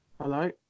Hello